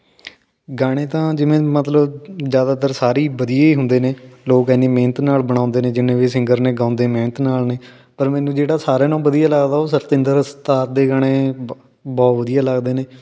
ਗਾਣੇ ਤਾਂ ਜਿਵੇਂ ਮਤਲਬ ਜ਼ਿਆਦਾਤਰ ਸਾਰੇ ਹੀ ਵਧੀਆ ਹੀ ਹੁੰਦੇ ਨੇ ਲੋਕ ਇੰਨੀ ਮਿਹਨਤ ਨਾਲ ਬਣਾਉਂਦੇ ਨੇ ਜਿੰਨੇ ਵੀ ਸਿੰਗਰ ਨੇ ਗਾਉਂਦੇ ਨੇ ਮਿਹਨਤ ਨਾਲ ਨੇ ਪਰ ਮੈਨੂੰ ਜਿਹੜਾ ਸਾਰਿਆਂ ਨਾਲੋਂ ਵਧੀਆ ਲੱਗਦਾ ਉਹ ਸਤਿੰਦਰ ਸਰਤਾਜ ਦੇ ਗਾਣੇ ਬ ਬਹੁਤ ਵਧੀਆ ਲੱਗਦੇ ਨੇ